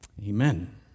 amen